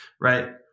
right